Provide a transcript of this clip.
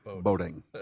boating